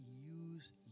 use